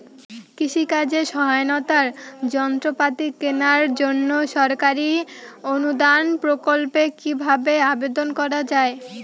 কৃষি কাজে সহায়তার যন্ত্রপাতি কেনার জন্য সরকারি অনুদান প্রকল্পে কীভাবে আবেদন করা য়ায়?